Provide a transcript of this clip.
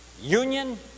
union